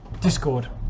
Discord